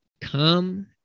come